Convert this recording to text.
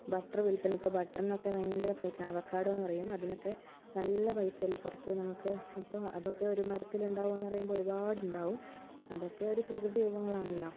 butter വില്പന ഇപ്പോൾ ബട്ടറിനൊക്കെ ഭയങ്കര പൈസ അവകാഡോ എന്നുപറയും അതിനൊക്കെ നല്ല പൈസയല്ലേ പുറത്ത് നമുക്ക് അപ്പോൾ അതൊക്കെ ഒരു മരത്തിലിണ്ടാവുകയെന്നു പറയുമ്പോൾ ഒരുപാടുണ്ടാവും അതൊക്കെയൊരു പ്രകൃതി വിഭവങ്ങളാണല്ലോ